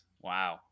wow